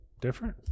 different